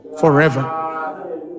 forever